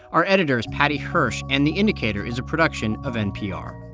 our editor is paddy hirsch, and the indicator is a production of npr